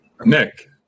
Nick